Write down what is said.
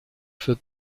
für